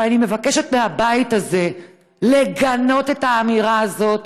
אבל אני מבקשת מהבית הזה לגנות את האמירה הזאת,